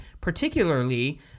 particularly